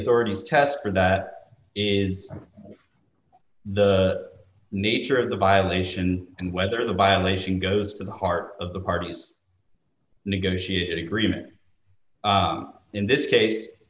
authorities test for that is the nature of the violation and whether the violation goes to the heart of the party's negotiated agreement in this case